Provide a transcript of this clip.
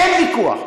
אין ויכוח.